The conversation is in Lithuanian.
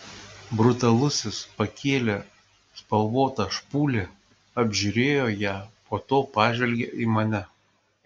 brutalusis pakėlė spalvotą špūlę apžiūrėjo ją po to pažvelgė į mane